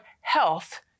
health